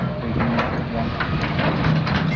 they do not want to be in captivity